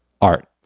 art